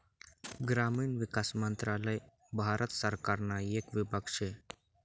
ग्रामीण विकास मंत्रालय भारत सरकारना येक विभाग शे